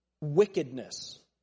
Wickedness